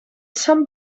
some